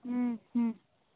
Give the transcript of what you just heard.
ᱦᱩᱸ ᱦᱩᱸ